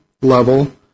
level